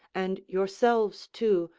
and yourselves too,